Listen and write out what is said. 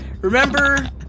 Remember